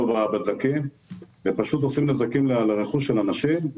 בדלקים ועושים נזקים לרכוש של אנשים.